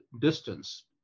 distance